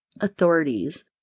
authorities